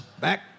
back